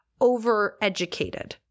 overeducated